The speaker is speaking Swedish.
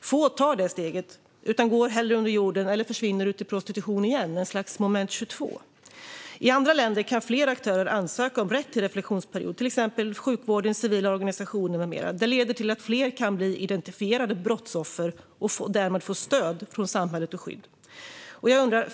Få tar det steget. Man går hellre under jorden eller försvinner ut i prostitution igen. Det är ett slags moment 22. I andra länder kan flera aktörer ansöka om rätt till reflektionsperiod, till exempel sjukvården, civila organisationer med mera. Det leder till att fler brottsoffer kan bli identifierade och därmed få stöd och skydd av samhället.